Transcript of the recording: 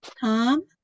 Tom